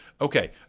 Okay